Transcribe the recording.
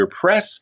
Press